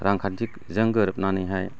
रांखान्थिजों गोरोबनानैहाय